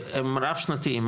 והם רב שנתיים.